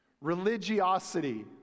Religiosity